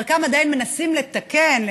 בחלקם עדיין מנסים לתקן.